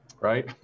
right